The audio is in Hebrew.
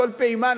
כל פעימה,